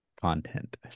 content